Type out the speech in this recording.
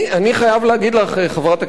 חברת הכנסת ד"ר אדטו,